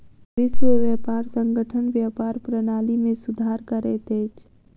विश्व व्यापार संगठन व्यापार प्रणाली में सुधार करैत अछि